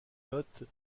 notes